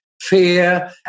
fear